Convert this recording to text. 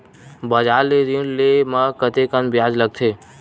बजार ले ऋण ले म कतेकन ब्याज लगथे?